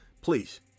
Please